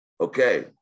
okay